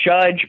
judge